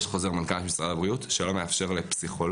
יש חוזר מנכ"ל של משרד הבריאות שלא מאפשר לפסיכולוגים